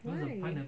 why